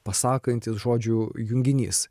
pasakantis žodžių junginys